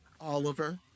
Oliver